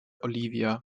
olivia